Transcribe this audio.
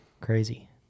Crazy